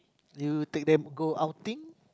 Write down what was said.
you take them go outing